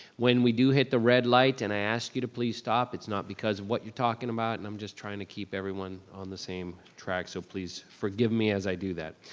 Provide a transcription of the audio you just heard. when we do hit the red light and i ask you to please stop, it's not because of what you're talking about, and i'm just trying to keep everyone on the same track, so please forgive me as i do that.